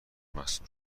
مصدوم